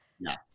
Yes